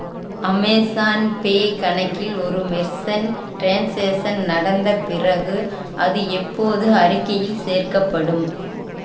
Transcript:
Amazon Pay கணக்கில் ஒரு merchant transaction நடந்த பிறகு அது எப்போது அறிக்கையில் சேர்க்கப்படும்